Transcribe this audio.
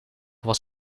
was